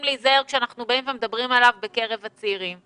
להיזהר כשאנחנו מדברים עליו בקרב הצעירים.